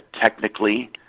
technically